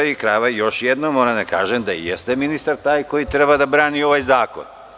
Još jednom moram da kažem da jeste ministar taj koji treba da brani ovaj zakon.